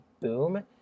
boom